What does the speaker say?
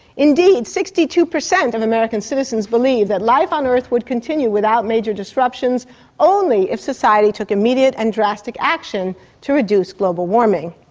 indeed, sixty two percent of american citizens believed that life on earth would continue without major disruptions only if society took immediate and drastic action to reduce global warming.